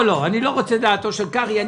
אני לא רוצה את דעתו של קרעי.